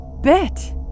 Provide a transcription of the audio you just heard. bit